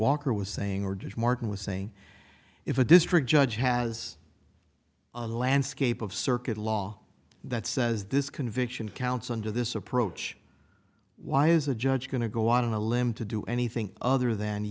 walker was saying or does martin was saying if a district judge has a landscape of circuit law that says this conviction counts under this approach why is a judge going to go out on a limb to do anything other than